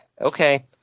okay